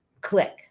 click